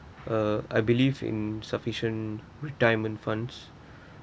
uh I believe in sufficient retirement funds